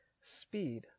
speed